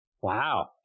Wow